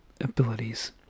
abilities